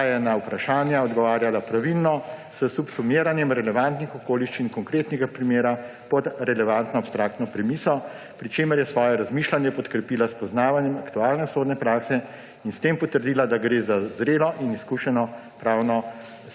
saj je na vprašanja odgovarjala pravilno, s subsumiranjem relevantnih okoliščin konkretnega primera pod relevantno abstraktno premiso, pri čemer je svoje razmišljanje podkrepila s poznavanjem aktualne sodne prakse in s tem potrdila, da gre za zrelo in izkušeno pravno